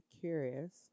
curious